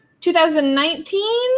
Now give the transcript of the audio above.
2019